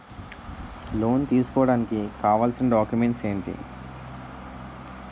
Loan తీసుకోడానికి కావాల్సిన documents ఎంటి?